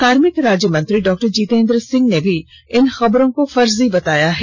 कार्मिक राज्य मंत्री डॉ जितेंद्र सिंह ने भी इन खबरो को फर्जी बताया है